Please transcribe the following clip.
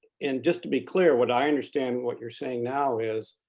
and just to be clear what i understand what you're saying now is